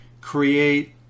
create